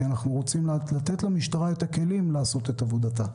כי אנחנו רוצים לתת למשטרה כלים לעשות את עבודתה.